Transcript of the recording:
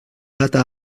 data